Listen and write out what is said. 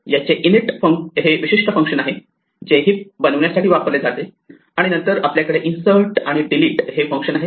याचे init हे विशिष्ट फंक्शन आहे जे हीप बनवण्यासाठी वापरले जाते आणि नंतर आपल्याकडे इन्सर्ट आणि डिलीट हे फंक्शन आहेत